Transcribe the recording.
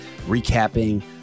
recapping